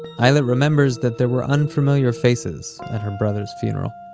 ayelet remembers that there were unfamiliar faces at her brother's funeral